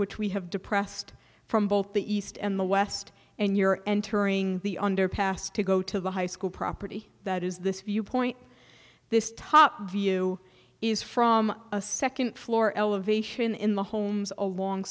which we have depressed from both the east and the west and you're entering the underpass to go to the high school property that is this viewpoint this top view is from a second floor elevation in the homes along